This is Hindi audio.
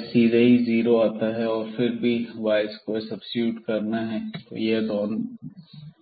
एस सीधे ही जीरो आता है और फिर भी हमें यह y2 में सब्सीट्यूट करना है और